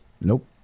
Nope